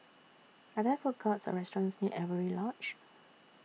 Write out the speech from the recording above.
Are There Food Courts Or restaurants near Avery Lodge